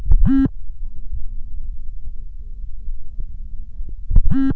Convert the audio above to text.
पाऊस अन बदलत्या ऋतूवर शेती अवलंबून रायते